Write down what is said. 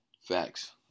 facts